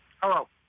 Hello